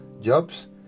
jobs